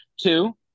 Two